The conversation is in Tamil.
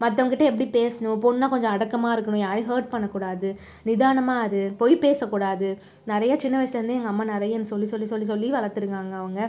மத்தவங்க கிட்ட எப்படி பேசணும் பொண்ணாக கொஞ்சம் அடக்கமாக இருக்கணும் யாரையும் ஹர்ட் பண்ணக்கூடாது நிதானமாக இரு பொய் பேசக்கூடாது நிறையா சின்ன வயசில் இருந்தே எங்கள் அம்மா நிறையா சொல்லி சொல்லி சொல்லி வளர்த்துருக்காங்க அவங்க